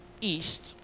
East